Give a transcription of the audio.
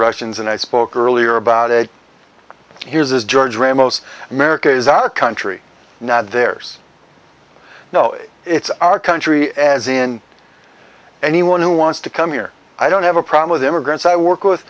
russians and i spoke earlier about a here's is george ramos america is our country now there's no it's our country as in anyone who wants to come here i don't have a problem with immigrants i work with